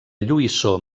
lluïssor